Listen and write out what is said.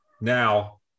now